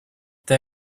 they